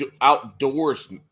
outdoors